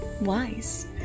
Wise